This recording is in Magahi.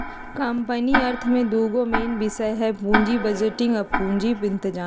कंपनी अर्थ में दूगो मेन विषय हइ पुजी बजटिंग आ पूजी इतजाम